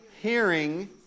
hearing